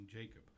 Jacob